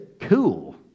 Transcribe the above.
cool